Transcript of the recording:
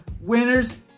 winners